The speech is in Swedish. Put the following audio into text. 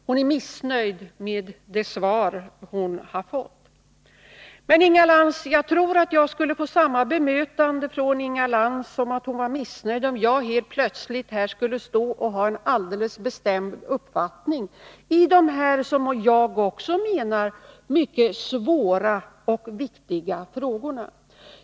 Hon är missnöjd med det svar hon har fått. Men, Inga Lantz, jag tror att jag skulle få samma bemötande från Inga Lantz, att hon var missnöjd, om jag helt plötsligt skulle stå här och ha en alldeles bestämd uppfattning i de här, som jag också menar, mycket svåra och viktiga frågorna.